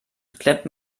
klemmt